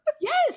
Yes